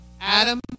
Adam